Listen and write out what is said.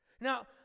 Now